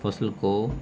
فصل کو